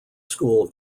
school